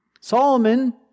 Solomon